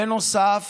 בנוסף,